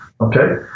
Okay